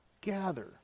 gather